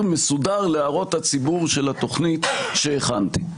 מסודר להערות הציבור של התוכנית שהכנתי.